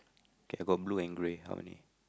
okay I got blue and grey how many